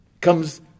comes